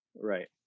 Right